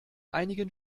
einigen